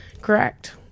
Correct